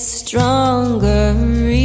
stronger